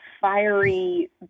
fiery